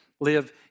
live